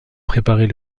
préparer